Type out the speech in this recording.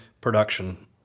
production